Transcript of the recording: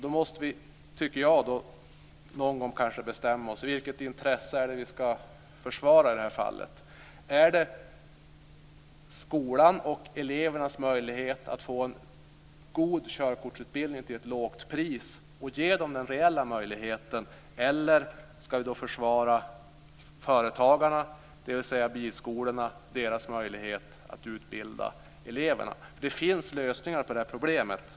Då tycker jag att vi någon gång måste bestämma vilket intresse det är som vi ska försvara i detta fall. Är det skolan och elevernas möjlighet att få en god körkortsutbildning till ett lågt pris och ge dem den reella möjligheten, eller är det företagarna, dvs. bilskolorna, och deras möjlighet att utbilda eleverna? Det finns lösningar på detta problem.